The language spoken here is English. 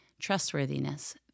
trustworthiness